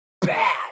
bad